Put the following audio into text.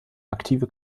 aktive